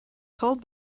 told